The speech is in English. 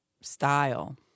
style